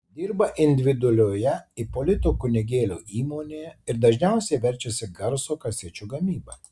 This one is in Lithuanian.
dirba individualioje ipolito kunigėlio įmonėje ir dažniausiai verčiasi garso kasečių gamyba